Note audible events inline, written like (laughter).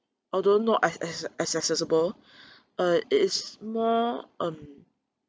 although not as acc~ as accessible (breath) uh it is more um